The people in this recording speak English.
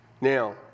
Now